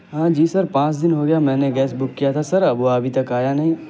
ہاں جی سر پانچ دن ہو گیا میں نے گیس بک کیا تھا سر اب وہ ابھی تک آیا نہیں